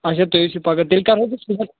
اچھا تُہۍ ٲسِو پَگاہ تیٚلہِ کَرٕہو بہٕ صُبَحن